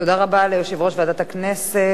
תודה רבה ליושב-ראש ועדת הכנסת,